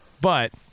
But-